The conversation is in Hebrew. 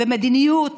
ומדיניות